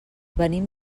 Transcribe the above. venim